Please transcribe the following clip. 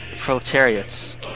proletariats